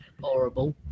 Horrible